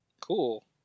Cool